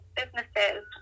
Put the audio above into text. businesses